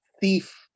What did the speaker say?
thief